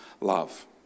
love